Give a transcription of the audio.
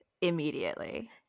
Immediately